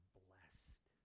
blessed